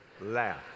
Laugh